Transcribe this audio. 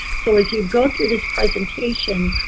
so if you go through this presentation,